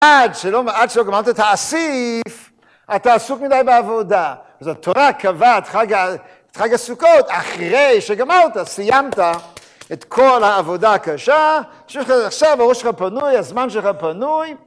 עד שלא גמרת את האסיף אתה עסוק מדי בעבודה. אז התורה קבעת את חג הסוכות אחרי שגמרת, סיימת את כל העבודה הקשה. עכשיו הראש שלך פנוי, הזמן שלך פנוי.